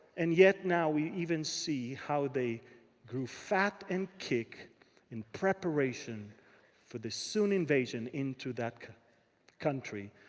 and yet now we even see how they grew fat and kick in preparation for the soon invasion into that country.